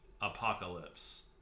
apocalypse